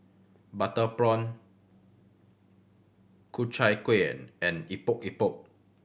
butter prawn Ku Chai Kuih and Epok Epok